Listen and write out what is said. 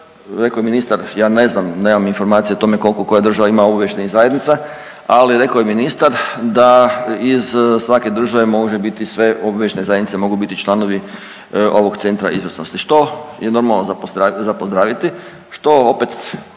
rekao je ministar, ja ne znam, nemam informacije o tome koliko koja država ima obavještajnih zajednica, ali rekao je ministar da iz svake države može biti sve obavještajne zajednice mogu biti članovi ovog Centra izvrsnosti, što je normalno, za pozdraviti, što opet